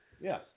Yes